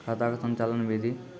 खाता का संचालन बिधि?